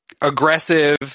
aggressive